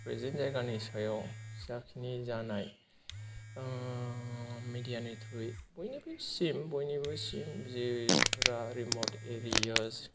present जायगानि सायाव जाखिनि जानाय ओ मेडियानि थ्रुयै बयनिबोसिम बयनिबोसिम जिफोरा रिम'थ एरियास